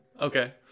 Okay